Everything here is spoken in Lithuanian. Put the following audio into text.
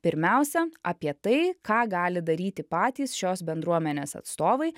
pirmiausia apie tai ką gali daryti patys šios bendruomenės atstovai